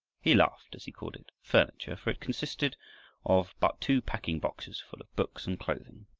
he laughed as he called it furniture, for it consisted of but two packing boxes full of books and clothing.